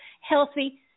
healthy